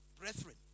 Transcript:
Brethren